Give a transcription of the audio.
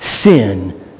sin